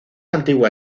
antigua